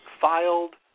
filed